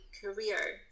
career